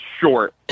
short